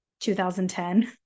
2010